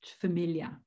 familiar